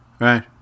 Right